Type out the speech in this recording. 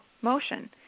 motion